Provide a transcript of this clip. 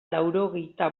laurogeita